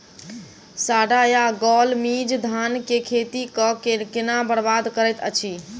साढ़ा या गौल मीज धान केँ खेती कऽ केना बरबाद करैत अछि?